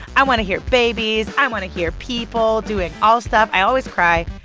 i want to hear babies. i want to hear people doing all stuff. i always cry.